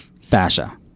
fascia